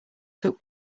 took